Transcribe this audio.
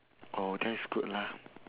oh that is good lah